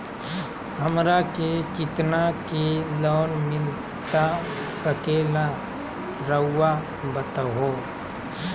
हमरा के कितना के लोन मिलता सके ला रायुआ बताहो?